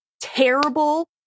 terrible